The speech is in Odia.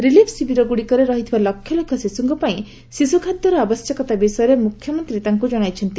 ରିଲିଫ୍ ଶିବିରଗୁଡ଼ିକରେ ରହିଥିବା ଲକ୍ଷ ଲକ୍ଷ ଶିଶୁଙ୍କ ପାଇଁ ଶିଶୁ ଖାଦ୍ୟର ଆବଶ୍ୟକତା ବିଷୟରେ ମୁଖ୍ୟମନ୍ତ୍ରୀ ତାଙ୍କୁ ଜଣାଇଛନ୍ତି